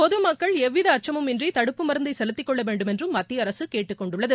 பொதுமக்கள் எவ்வித அச்சமுமின்றி தடுப்பு மருந்தை செலுத்திக் கொள்ள வேண்டுமென்றும் மத்திய அரசு கேட்டுக் கொண்டுள்ளது